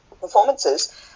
performances